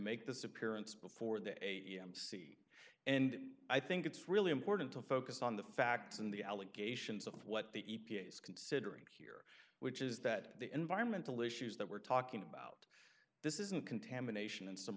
make this appearance before the amc and i think it's really important to focus on the facts and the allegations of what the e p a is considering here which is that the environmental issues that we're talking about this isn't contamination in some